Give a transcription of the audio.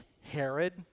Herod